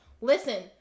listen